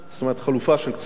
חלופה של קציר מלח,